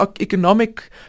economic